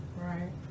right